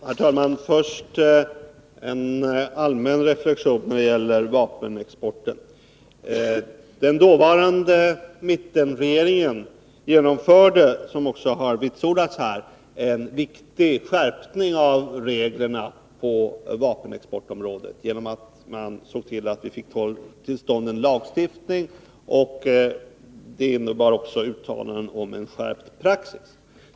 Herr talman! Först en allmän reflexion när det gäller vapenexporten. Den dåvarande mittenregeringen genomförde, som också har vitsordats här, en viktig skärpning av reglerna på vapenexportområdet genom att se till att vi fick en lagstiftning. Detta innebar också uttalanden om en skärpt praxis.